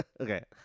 okay